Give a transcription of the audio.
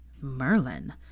Merlin